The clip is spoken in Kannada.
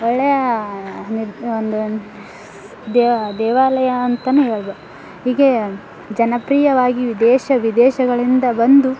ಒಳ್ಳೆಯ ನಿದ್ ಒಂದು ಒಂದು ಸ್ ದೇವ ದೇವಾಲಯ ಅಂತಲೇ ಹೇಳ್ಬೋದು ಹೀಗೆ ಜನಪ್ರಿಯವಾಗಿ ದೇಶ ವಿದೇಶಗಳಿಂದ ಬಂದು